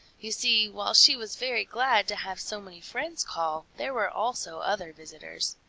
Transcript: you see, while she was very glad to have so many friends call, there were also other visitors.